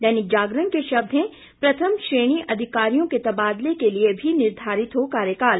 दैनिक जागरण के शब्द हैं प्रथम श्रेणी अधिकारियों के तबादले के लिए भी निर्धारित हो कार्यकाल